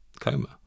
coma